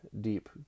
deep